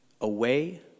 away